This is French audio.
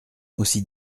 aussi